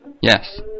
Yes